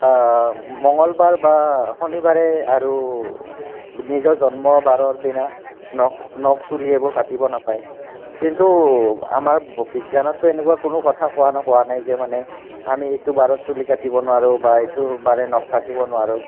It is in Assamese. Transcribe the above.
মঙ্গলবাৰ বা শনিবাৰে আৰু নিজৰ জন্মবাৰৰ দিনা নখ নখ চুলি এইবোৰ কাটিব নাপায় কিন্তু আমাৰ বিজ্ঞানততো এনেকুৱা কোনো কথা কোৱা হোৱা নাই যে মানে আমি এইটো বাৰত চুলি কাটিব নোৱাৰোঁ বা এইটো বাৰে নখ কাটিব নোৱাৰোঁ